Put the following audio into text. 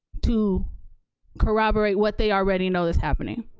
to corroborate what they already know is happening.